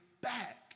back